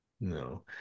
No